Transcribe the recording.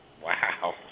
Wow